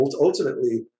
Ultimately